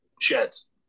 sheds